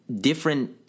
different